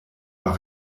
war